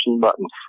buttons